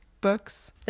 books